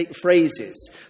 phrases